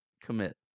commit